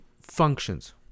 functions